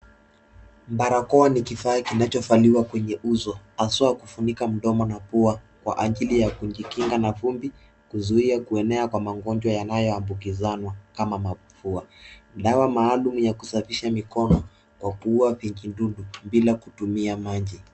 Barakoa ni kifaa kinachovaliwa kwenye uso, haswaa kufunika mdomo na pua kwa ajili ya kujikinga na vumbi, Kuzuia kuenea kwa magonjwa yanayoambukizana kama mafua. Nayo maalum ya kusafisha mikono kwa kuuwa vijiidudu bile kutumia maji.